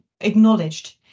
acknowledged